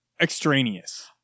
extraneous